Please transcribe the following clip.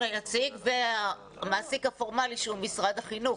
היציג והמעסיק הפורמלי שהוא משרד החינוך.